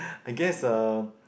I guess uh